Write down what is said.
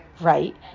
right